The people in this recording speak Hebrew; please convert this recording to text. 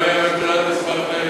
אולי הממשלה תשמח,